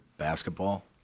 basketball